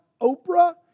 Oprah